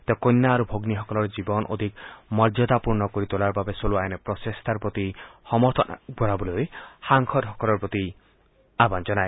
তেওঁ কন্যা আৰু ভগ্নীসকলৰ জীৱন অধিক মৰ্যাদাপূৰ্ণ কৰি তোলাৰ বাবে চলোৱা এনে প্ৰচেষ্টাৰ প্ৰতি সমৰ্থন আগবঢ়াবলৈ সাংসদসকলৰ প্ৰতি আহান জনায়